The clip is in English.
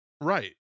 right